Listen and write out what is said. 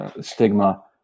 stigma